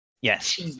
Yes